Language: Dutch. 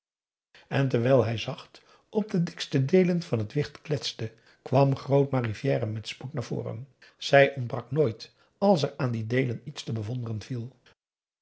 en terwijl hij zacht op de dikste deelen van t wicht kletste kwam grootma rivière met spoed naar voren zij ontbrak nooit als er aan die deelen iets te bewonderen viel